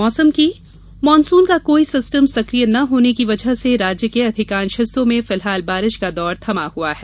मौसम मानसून का कोई सिस्टम सकिय न होने की वजह से राज्य के अधिकांश हिस्सों में फिलहाल बारिश का दौर थमा हुआ है